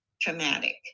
traumatic